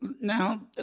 Now